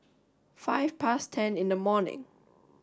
five past ten in the morning